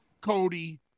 Cody